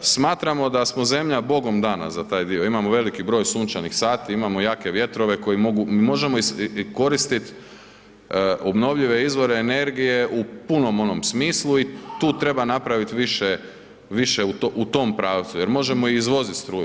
smatramo da smo zemlja Bogom dana za taj dio, imamo veliki broj sunčanih sati, imamo jake vjetrove koje možemo koristiti u obnovljive izvore energije u punom onom smislu i tu treba napraviti više u tom pravcu jer možemo i izvoziti struju.